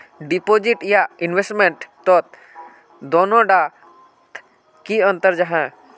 Deposit या investment तोत दोनों डात की अंतर जाहा?